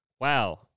Wow